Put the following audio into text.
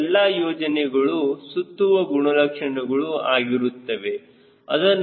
ಈ ಎಲ್ಲಾ ಸಂಯೋಜನೆಗಳು ಸುತ್ತುವ ಗುಣಲಕ್ಷಣಗಳು ಆಗಿರುತ್ತವೆ